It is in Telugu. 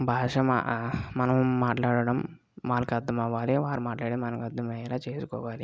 భాష మనము మాట్లాడటం వాళ్ళకి అర్థం అవ్వాలి వారు మాట్లాడే మనకు అర్థమయ్యేలా చేసుకోవాలి